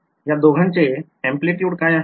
या दोघांचे amplitude काय आहे